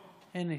שם.